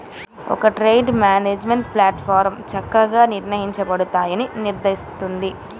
ఒక trade management ప్లాట్ఫారమ్లో చక్కగా నిర్వహించబడతాయని నిర్ధారిస్తుంది